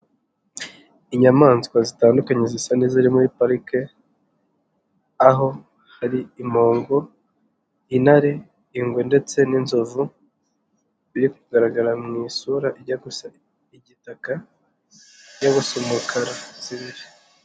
Inyamaswa zitandukanye zisa n'iziri muri parike, aho hari impongo, intare, ingwe ndetse n'inzovu biri kugaragara mu isura ijya gusa igitaka ijya gusa umukara tsiriri.